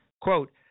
quote